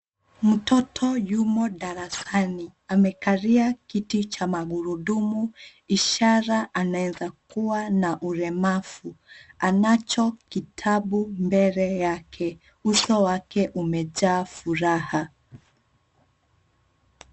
Mtoto yumo darasani. Amekalia kiti cha magurudumu ishara anaweza kuwa na ulemavu. Anacho kitabu mbele yake. Uso wake umejaa furaha.